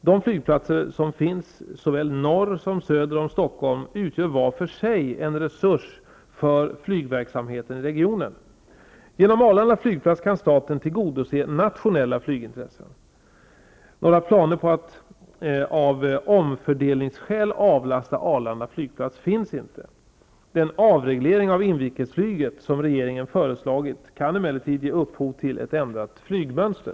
De flygplatser som finns såväl norr som söder om Stockholm utgör var för sig en resurs för flygverksamheten i regionen. Genom Arlanda flygplats kan staten tillgodose nationella flygintressen. Några planer på att av omfördelningsskäl avlasta Arlanda flygplats finns inte. Den avreglering av inrikesflyget som regeringen föreslagit kan emellertid ge upphov till ett ändrat flygmönster.